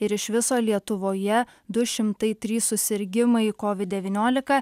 ir iš viso lietuvoje du šimtai trys susirgimai kovid devyniolika